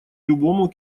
любому